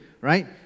right